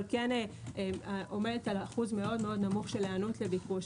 כן עומדת על אחוז מאוד-מאוד נמוך של היענות לביקוש.